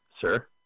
sir